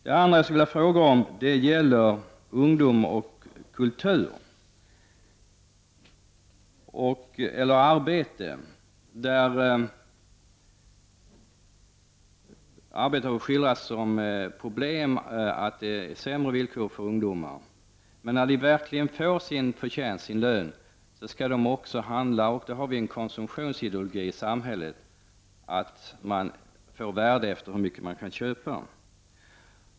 Sedan skulle jag vilja ställa en fråga om ungdom och arbete. Detta med arbete skildras ju som ett problem. Villkoren skulle vara sämre för ungdomar. Men när dessa väl får sin lön förväntas det av dem att de handlar. Det finns nämligen en konsumtionsideologi i vårt samhälle. En människas värde står i relation till hur mycket hon kan köpa.